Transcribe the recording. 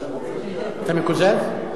אתה מקוזז?